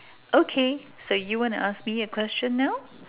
okay so you want to ask me a question now